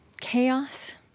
chaos